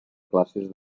classes